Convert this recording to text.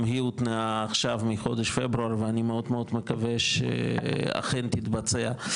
היא הותנעה עכשיו מחודש פברואר ואני מאוד מקווה אכן תתבצע,